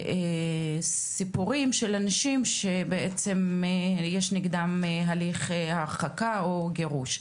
ל-400 סיפורים של אנשים שבעצם יש נגדם הליך הרחקה או גירוש.